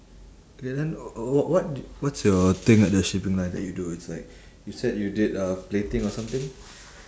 okay then wh~ wh~ what what's your thing at the shipping line that you do it's like you said you did uh plating or something